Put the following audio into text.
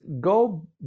go